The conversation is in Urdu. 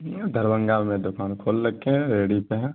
دربھنگہ میں دکان کھول رکھے ہیں ریہڑی پہ ہیں